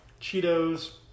Cheetos